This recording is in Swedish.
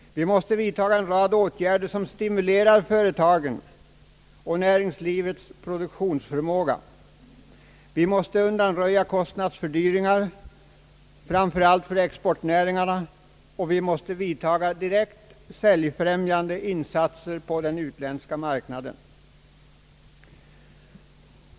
Vi måste vidtaga en rad åtgärder som stimulerar företagen och ökar näringslivets produktionsförmåga. — Vi måste undanröja kostnadsfördyringar, framför allt för exportnäringarna, och vi måste vidtaga direkt säljfrämjande insatser på den utländska marknaden.